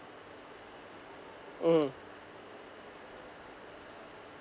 mmhmm